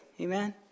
Amen